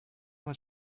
went